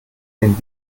den